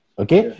okay